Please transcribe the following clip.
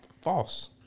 False